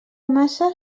massa